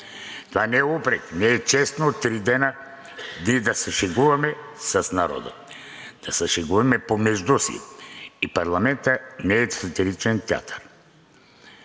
Това не е упрек. Не е честно три дена ние да се шегуваме с народа. Да се шегуваме помежду си и парламентът не е сатиричен театър.